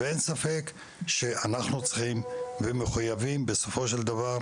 אין ספק שאנחנו צריכים ומחויבים בסופו של דבר